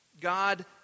God